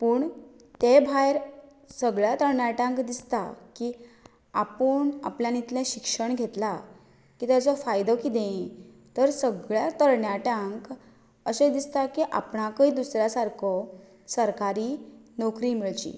पूण ते भायर सगळ्या तरणाट्यांक दिसता की आपूण आपल्यान इतलें शिक्षण घेतलां की ताजो फायदो कितें तर सगळ्यां तरणाट्यांक अशें दिसता की आपणाकय दुसऱ्यां सारको सरकारी नोकरी मेळची